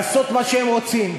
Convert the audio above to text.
לעשות מה שהם רוצים.